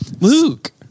Luke